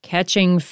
Catching